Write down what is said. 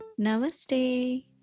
namaste